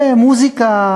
ומוזיקה,